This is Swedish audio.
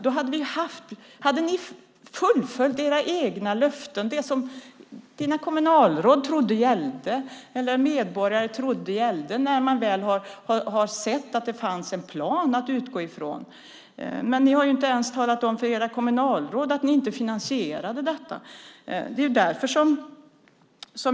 Det hade vi inte behövt om ni hade uppfyllt era egna löften, det som dina kommunalråd och medborgarna trodde gällde när de väl hade sett att det fanns en plan att utgå från. Men ni har inte ens talat om för era kommunalråd att ni inte finansierade detta.